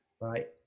Right